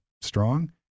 strong